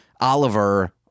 Oliver